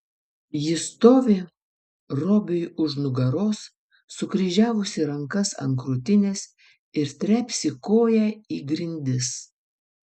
ji stovi robiui už nugaros sukryžiavusi rankas ant krūtinės ir trepsi koja į grindis